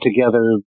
together